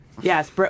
yes